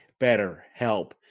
BetterHelp